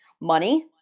Money